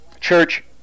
church